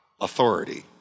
Authority